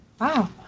Wow